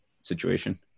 situation